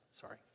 Sorry